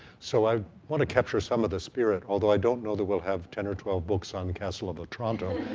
so i want to capture some of the spirit, although i don't know that we'll have ten or twelve books on castle of otranto.